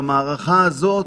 דבר שני,